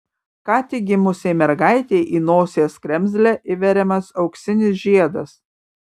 ką tik gimusiai mergaitei į nosies kremzlę įveriamas auksinis žiedas